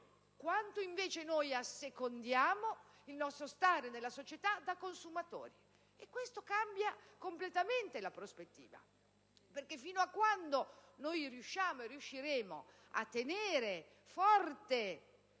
quanto invece assecondiamo il nostro stare nella società da consumatori. Questo cambia completamente la prospettiva, perché fino a quando riusciamo a tenere forte